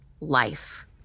life